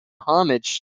homage